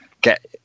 get